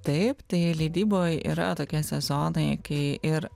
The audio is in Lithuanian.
taip tai leidyboj yra tokie sezonai kai ir